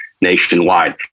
nationwide